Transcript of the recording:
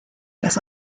das